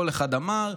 כל אחד אמר.